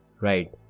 right